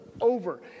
over